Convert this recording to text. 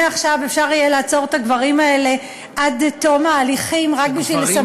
מעכשיו אפשר יהיה לעצור את הגברים האלה עד תום ההליכים רק בשביל,